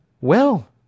Well